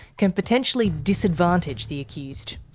can potentially disadvantage the accused.